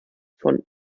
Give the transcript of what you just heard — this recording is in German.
von